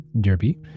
derby